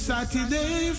Saturday